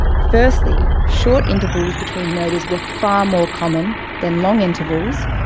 firstly, short intervals between murders were far more common than long intervals,